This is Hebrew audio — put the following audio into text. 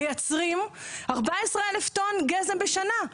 מייצרים 14 אלף טון גזם בשנה,